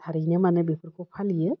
थारैनो माने बेफोरखौ फालियो